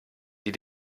die